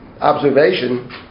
observation